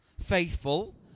faithful